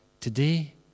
today